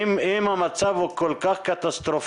אם המצב הוא כל כך קטסטרופלי,